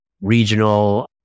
regional